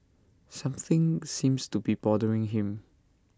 something seems to be bothering him